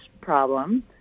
problem